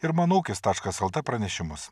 ir mano ūkis taškas lt pranešimus